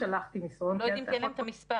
פשוט תתנו לנו את המספר